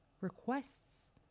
requests